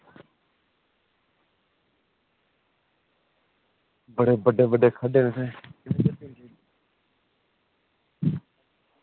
पर बड्डे बड्डे खड्ढे इत्थें